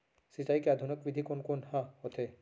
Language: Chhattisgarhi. सिंचाई के आधुनिक विधि कोन कोन ह होथे?